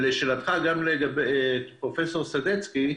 לשאלתך לפרופ' סדצקי,